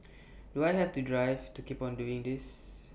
do I have the drive to keep on doing this